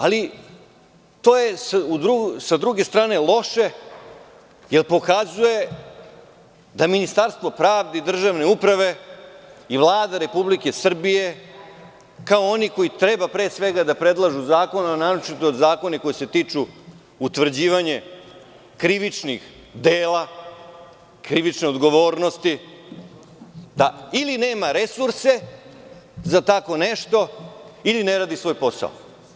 Ali, to je sa druge strane loše jer pokazuje da Ministarstvo pravde i državne uprave i Vlada Republike Srbije, kao oni koji treba pre svega da predlažu zakon, a naročito zakone koji se tiču utvrđivanja krivičnih dela, krivične odgovornosti, da ili nema resurse za tako nešto, ili ne radi svoj posao.